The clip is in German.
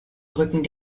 rücken